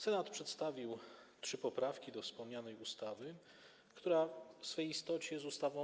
Senat przedstawił trzy poprawki do wspomnianej ustawy, która w swej istocie jest złą ustawą.